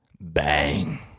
bang